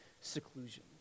seclusion